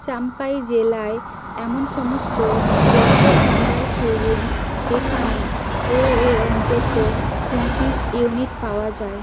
চাম্পাই জেলায় এমন সমস্ত রক্তভাণ্ডার খুঁজুন যেখানে ও এর অন্তত পঁচিশ ইউনিট পাওয়া যায়